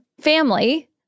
family